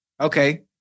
Okay